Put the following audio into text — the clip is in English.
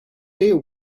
deal